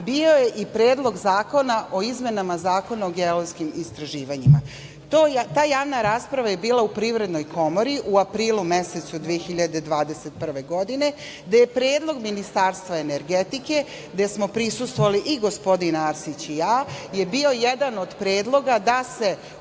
bio je i Predlog zakona o izmenama Zakona o geološkim istraživanjima. Ta javna rasprava je bila u Privrednoj komori u aprilu mesecu 2021. godine, gde je jedan predloga Ministarstva energetike bio, gde smo prisustvovali i gospodin Arsić i ja, da se upravo iznese